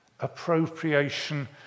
appropriation